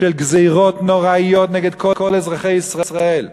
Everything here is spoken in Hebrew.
של גזירות נוראיות נגד כל אזרחי ישראל,